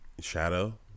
Shadow